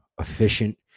Efficient